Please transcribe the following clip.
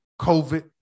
COVID